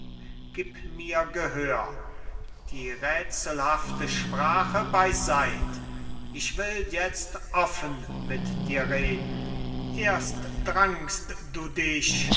gib mir gehör die räthselhafte sprache bei seit ich will jetzt offen mit dir reden erst drangst du dich